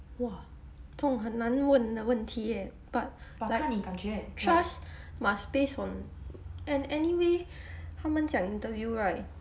!wah! 这种很难问的问题哦 but trust must based on and anyway 他们讲 interview right